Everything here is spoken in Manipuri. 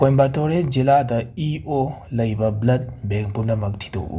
ꯀꯣꯏꯝꯕꯇꯣꯔꯦ ꯖꯤꯂꯥꯗ ꯏ ꯑꯣ ꯂꯩꯕ ꯕ꯭ꯂꯗ ꯕꯦꯡ ꯄꯨꯝꯅꯃꯛ ꯊꯤꯗꯣꯛꯎ